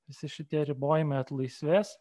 visi šitie ribojimai atlaisvės